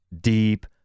deep